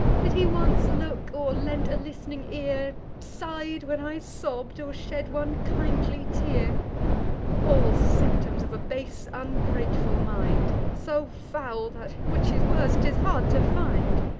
did he once look, or lent a list'ning ear, sigh'd when i sobb'd, or shed one kindly tear all symptoms of a base ungrateful mind, so foul, that, which is worse, tis hard to find.